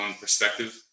perspective